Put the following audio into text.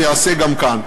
זה ייעשה גם כאן.